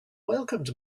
welcomed